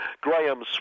Graham